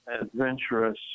adventurous